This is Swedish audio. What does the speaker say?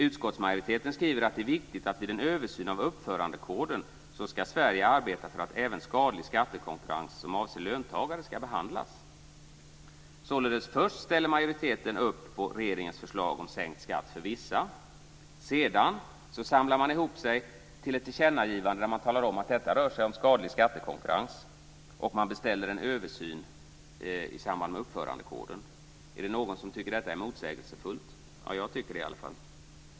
Utskottsmajoriteten skriver att det är viktigt att Sverige vid en översyn av uppförandekoden arbetar för att även skadlig skattekonkurrens som avser löntagare behandlas. Först ställer majoriteten således upp på regeringens förslag om sänkt skatt för vissa, sedan samlar man ihop sig till ett tillkännagivande där man talar om att det rör sig om skadlig skattekonkurrens, och man beställer en översyn i samband med uppförandekoden. Är det någon som tycker att detta är motsägelsefullt? Jag tycker det, i alla fall.